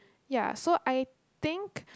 ya so I think